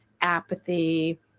apathy